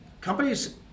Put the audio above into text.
companies